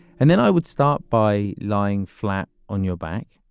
and then i would start by lying flat on your back